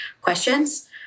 questions